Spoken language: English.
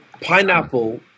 pineapple